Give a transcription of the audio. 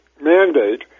Mandate